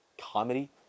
comedy